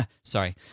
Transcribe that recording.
Sorry